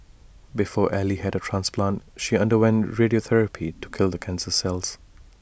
before ally had A transplant she underwent radiotherapy to kill the cancer cells